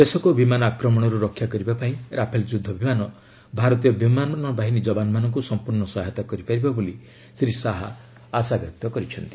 ଦେଶକୁ ବିମାନ ଆକ୍ରମଣରୁ ରକ୍ଷା କରିବା ପାଇଁ ରାଫେଲ୍ ଯୁଦ୍ଧ ବିମାନ ଭାରତୀୟ ବିମାନ ବାହିନୀ ଯବାନମାନଙ୍କ ସମ୍ପର୍ଣ୍ଣ ସହାୟତା କରିପାରିବ ବୋଲି ଶ୍ରୀ ଶାହା ଆଶାବ୍ୟକ୍ତ କରିଛନ୍ତି